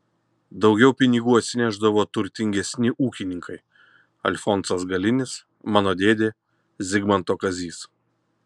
daugiau pinigų atsinešdavo turtingesni ūkininkai alfonsas galinis mano dėdė zigmanto kazys